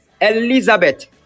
Elizabeth